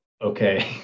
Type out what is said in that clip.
okay